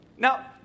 Now